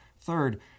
Third